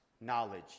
knowledge